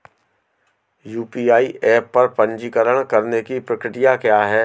UPI app पर पंजीकरण करने की प्रक्रिया क्या है?